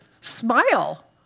smile